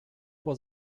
was